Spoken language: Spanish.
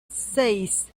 seis